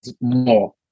more